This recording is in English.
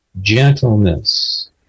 gentleness